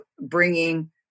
bringing